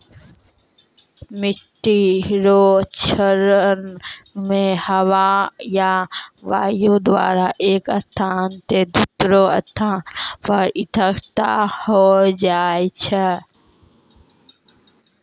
मिट्टी रो क्षरण मे हवा या वायु द्वारा एक स्थान से दोसरो स्थान पर इकट्ठा होय जाय छै